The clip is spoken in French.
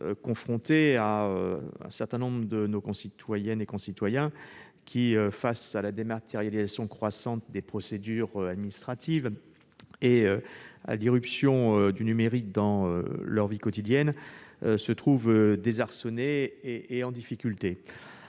confrontés à un certain nombre de nos concitoyennes et de nos concitoyens qui, face à la dématérialisation croissante des procédures administratives et à l'irruption du numérique dans leur vie quotidienne, se trouvent désarçonnés et en difficulté.